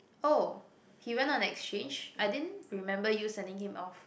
oh he went on exchange I didn't remember you sending him off